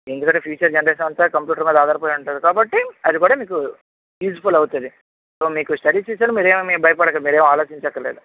ఎందుకంటే future generation అంతా computer మీద అధారిపడి ఉంటది కాబట్టి అది కూడా మీకు యూస్ఫుల్ అవుతుంది సో స్టడీస్ విషయంలో మీరేమీ భయపడక్కర్లేదు ఆలోచించకర్లేదు